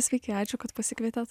sveiki ačiū kad pasikvietėt